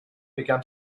began